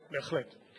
בהחלט.